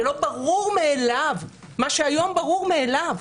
זה לא ברור מאליו מה שהיום ברור מאליו,